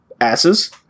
asses